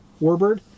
Warbird